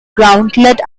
gauntlet